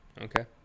Okay